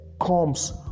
comes